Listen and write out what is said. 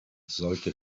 sollte